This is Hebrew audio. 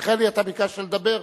מיכאלי, אתה ביקשת לדבר?